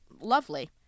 lovely